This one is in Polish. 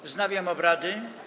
Wznawiam obrady.